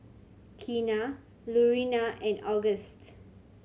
Keena Lurena and Auguste